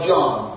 John